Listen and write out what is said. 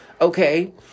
Okay